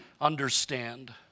understand